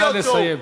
נא לסיים.